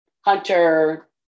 Hunter